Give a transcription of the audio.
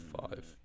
five